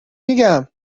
میگم